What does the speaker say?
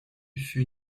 fut